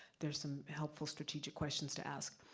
there's some helpful strategic questions to ask.